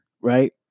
right